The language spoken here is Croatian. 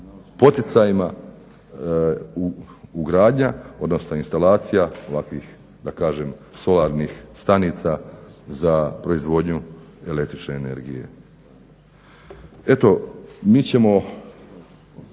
poticajima ugradnja odnosno instalacija ovakvih solarnih stanica za proizvodnju električne energije. Ovim zakonom